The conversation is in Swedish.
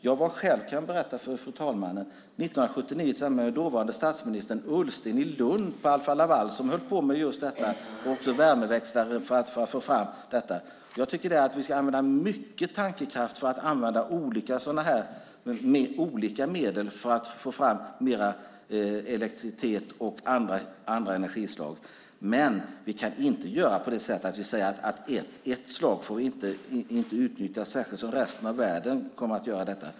Jag kan berätta för fru talmannen att jag själv år 1979 tillsammans med dåvarande statsministern Ola Ullsten var i Lund på Alfa Laval. Där höll man på med just detta också i form av värmeväxlare. Vi ska använda mycket tankekraft för att få fram olika medel att få mer elektricitet och andra energislag. Men vi kan inte göra på så sätt att ett slag inte får utnyttjas när resten av världen kommer att göra detta.